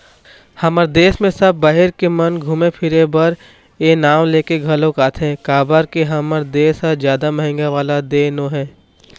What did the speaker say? हमर देस म सब बाहिर के मन घुमे फिरे बर ए नांव लेके घलोक आथे काबर के हमर देस ह जादा महंगा वाला देय नोहय